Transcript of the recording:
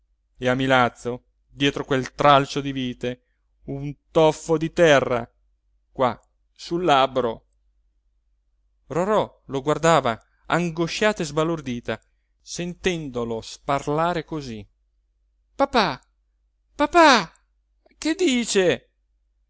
e a milazzo dietro quel tralcio di vite un toffo di terra qua sul labbro rorò lo guardava angosciata e sbalordita sentendolo sparlare cosí papà papà che dice